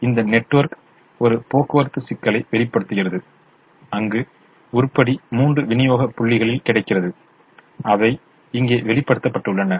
எனவே இந்த நெட்வொர்க் ஒரு போக்குவரத்து சிக்கலைக் வெளிப்படுத்துகிறது அங்கு உருப்படி மூன்று விநியோக புள்ளிகளில் கிடைக்கிறது அவை இங்கே வெளிப்படுத்தப்பட்டுள்ளன